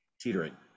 Teetering